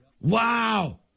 Wow